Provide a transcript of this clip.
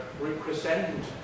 represent